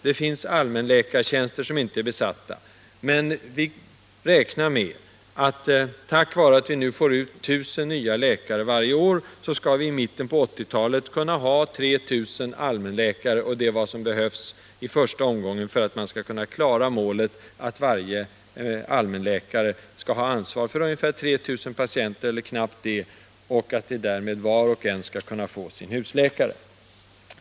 Det finns allmänläkartjänster som inte är tillsatta. Men vi räknar med, tack vare att vi får ut 1 000 nya läkare varje år, att i mitten av 1980-talet ha 3 000 allmänläkare. Det är vad som behövs i första omgången för att vi skall klara målet att varje allmänläkare skall ha ansvar för ungefär 3 000 patienter. Därmed skulle var och en kunna få sin egen husläkare.